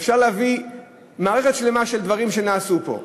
אפשר להביא מערכת שלמה של דברים שנעשו פה,